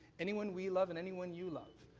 anyone we love and anyone you love,